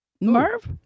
Merv